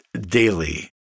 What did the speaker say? daily